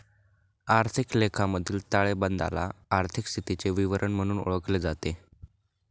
आर्थिक लेखामधील ताळेबंदाला आर्थिक स्थितीचे विवरण म्हणूनही ओळखले जाते